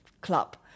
Club